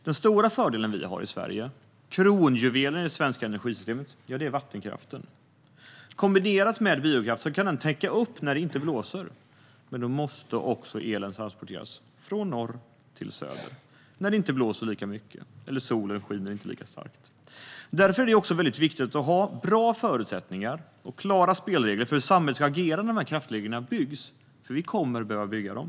Den stora fördelen vi har i Sverige och kronjuvelen i det svenska energisystemet är vattenkraften. Kombinerat med biokraft kan den täcka upp när det inte blåser, men då måste också elen transporteras från norr till söder när det inte blåser lika mycket eller när solen inte skiner lika starkt. Därför är det viktigt att ha bra förutsättningar och klara spelregler för hur samhället ska agera när kraftledningar byggs, för vi kommer att behöva bygga dem.